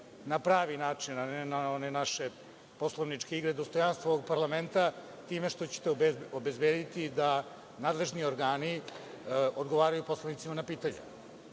na pravi način, a ne na one naše poslovničke igre, dostojanstvo ovog parlamenta, time što ćete obezbediti da nadležni organi odgovaraju poslanicima na pitanja?